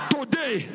Today